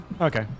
Okay